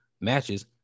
matches